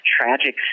tragic